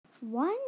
One